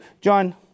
John